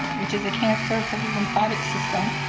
which is a cancer of the the lymphatic system,